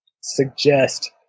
suggest